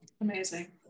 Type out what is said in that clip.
Amazing